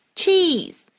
cheese